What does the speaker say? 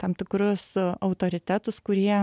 tam tikrus autoritetus kurie